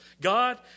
God